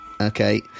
Okay